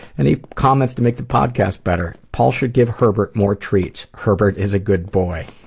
any comments to make the podcast better? paul should give herbert more treats. herbert is a good boy.